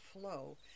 flow